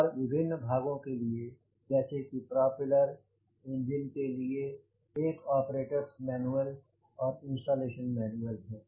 और विभिन्न भागों के लिए जैसे कि प्रोपेलर इंजन के लिए एक ऑपरेटर मैन्युअल operator's manual और इंस्टालेशन मैन्युअल है